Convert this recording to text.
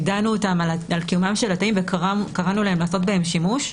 יידענו אותם על קיומם של התאים וקראנו להם לעשות בהם שימוש,